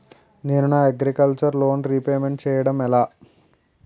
నేను నా agriculture loan repayment చేయడం ఎలా?